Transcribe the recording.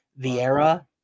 Vieira